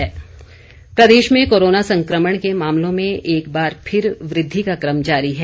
Himachal corona Pradesh में corona संक्रमण के मामलों में एक बार फिर वृद्धि का क्रम जारी है